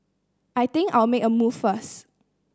I think I'll make a move first